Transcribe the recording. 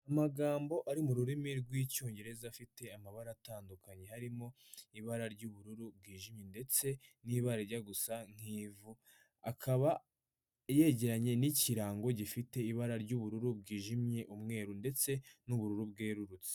Amagambo ari mu rurimi rw'icyongereza afite amabara atandukanye harimo ibara ry'ubururu bwiyijimye ndetse n'ibara rijya gusa n'ivu ,akaba yegeranye n'ikirango gifite ibara ry'ubururu bwijimye umweru ndetse n'ubururu bwerurutse.